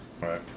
Right